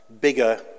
bigger